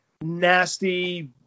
nasty